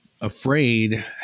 afraid